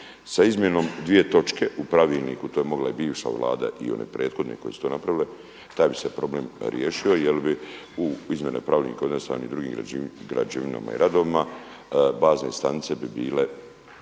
Sa izmjenom dvije točke u pravilniku, to je mogla i bivša Vlada i one prethodne koje su to napravile, taj bi se problem riješio jer bi u izmjene Pravilnika o jednostavnim i drugim građevinama i radovima bazne stanice bi bile